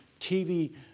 TV